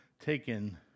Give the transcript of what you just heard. taken